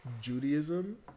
Judaism